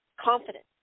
confidence